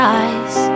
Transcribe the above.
eyes